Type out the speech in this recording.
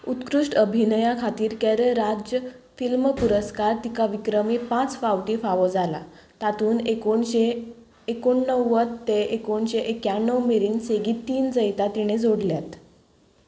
उत्कृश्ट अभिनया खातीर केरळ राज्य फिल्म पुरस्कार तिका विक्रमी पांच फावटीं फावो जाला तातूंत एकुणशें एकूण णव्वद ते एकुणशें एक्याणव मेरेन सेगीत तीन जैतां तिणें जोडल्यात